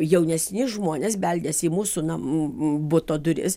jaunesni žmonės beldėsi į mūsų nam buto duris